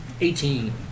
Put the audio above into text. eighteen